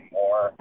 more